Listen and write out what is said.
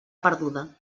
perduda